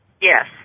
Yes